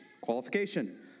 Qualification